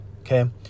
okay